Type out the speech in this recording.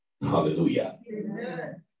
Hallelujah